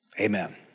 Amen